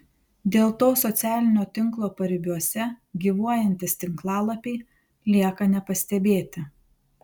dėl to socialinio tinklo paribiuose gyvuojantys tinklalapiai lieka nepastebėti